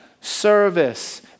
service